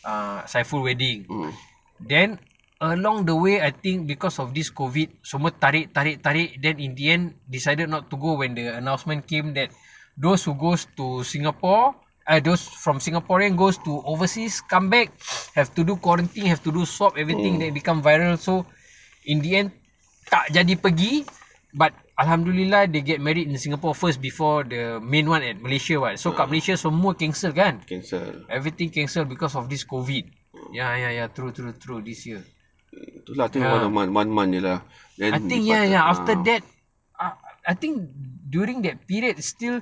err saiful wedding then along the way I think because of this COVID semua tarik-tarik then in the end decided not to go when the announcement came that those who goes to singapore ah those from singaporean goes to overseas come back have to do quarantine have to do swab everything then become viral so in the end tak jadi pergi but alhamdulillah they get married in singapore first before the main one at malaysia [what] so kat malaysia semua cancel kan everything cancel because of this COVID ya ya ya true true true this year ya I think ya ya after that ah I think during that period still